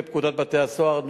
בפקודת בתי-הסוהר ,